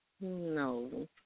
No